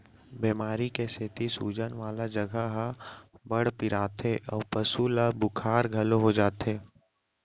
बेमारी के सेती सूजन वाला जघा ह बड़ पिराथे अउ पसु ल बुखार घलौ हो जाथे